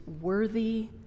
worthy